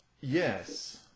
yes